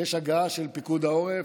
יש הגעה של פיקוד העורף.